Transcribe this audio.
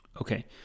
okay